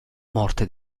morte